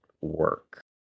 work